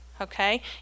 okay